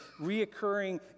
reoccurring